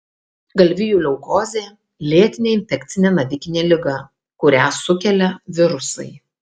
galvijų leukozė lėtinė infekcinė navikinė liga kurią sukelia virusai